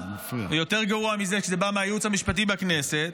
ויותר גרוע מזה כשזה בא מהייעוץ המשפטי מהכנסת,